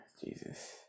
jesus